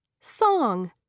Song